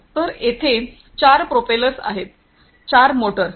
तर तेथे 4 प्रोपेलर्स आहेत 4 मोटर्स